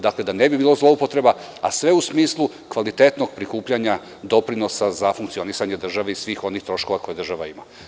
Dakle, da ne bi bilo zloupotreba a sve u smislu kvalitetnog prikupljanja doprinosa za funkcionisanje države i svih onih troškova koje država ima.